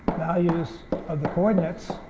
values of the coordinates,